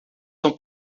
são